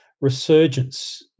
resurgence